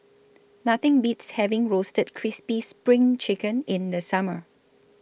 Nothing Beats having Roasted Crispy SPRING Chicken in The Summer